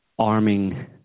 arming